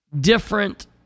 different